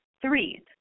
Three